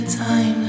time